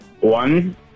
One